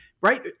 right